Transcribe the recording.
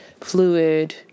fluid